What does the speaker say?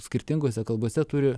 skirtingose kalbose turi